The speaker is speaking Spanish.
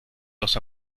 los